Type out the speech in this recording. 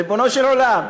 ריבונו של עולם,